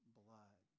blood